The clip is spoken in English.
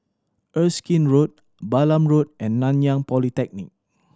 Erskine Road Balam Road and Nanyang Polytechnic